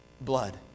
blood